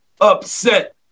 Upset